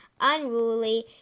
unruly